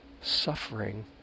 suffering